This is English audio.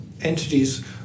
entities